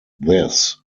this